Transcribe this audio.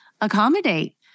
accommodate